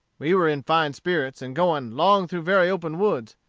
we were in fine spirits, and going long through very open woods,